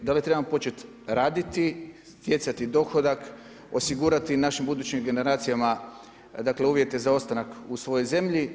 Da li trebamo početi raditi, stjecati dohodak, osigurati našim budućim generacijama, dakle uvjete za ostanak u svojoj zemlji.